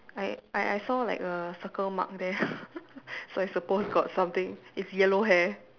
I I I saw like a circle mark there so I supposed got something it's yellow hair